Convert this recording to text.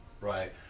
Right